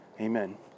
amen